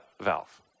valve